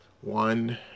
one